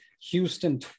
Houston